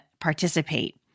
participate